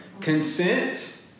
Consent